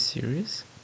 series